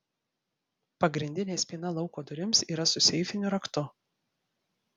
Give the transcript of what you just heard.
pagrindinė spyna lauko durims yra su seifiniu raktu